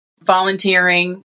volunteering